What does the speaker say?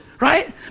Right